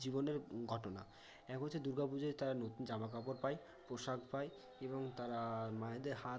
জীবনের ঘটনা এক হচ্ছে দুর্গা পুজোয় তারা নতুন জামা কাপড় পায় পোশাক পায় এবং তারা মায়েদের হাত